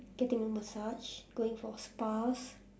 getting a massage going for spas